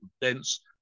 dense